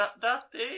Dusty